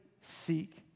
seek